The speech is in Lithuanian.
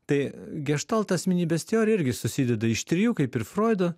tai geštalto asmenybės teorija irgi susideda iš trijų kaip ir froido